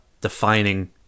defining